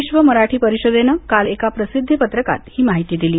विश्व मराठी परिषदेनं काल एका प्रसिद्धी पत्रकात ही माहिती दिली आहे